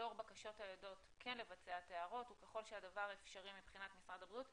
לאור בקשות העדות כן לבצע טהרות וככל שהדבר אפשרי מבחינת משרד הבריאות,